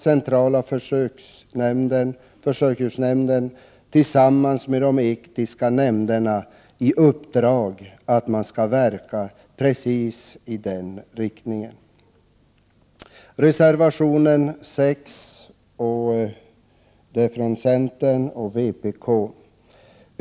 Centrala försöksdjursnämnden har tillsammans med de etiska nämnderna i uppdrag att verka i samma riktning. Reservation 6 kommer från centern och vpk.